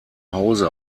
hause